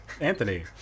anthony